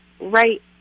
right